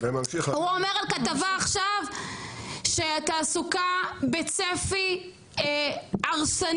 הוא אומר על כתבה עכשיו שהתעסוקה בצפי הרסני,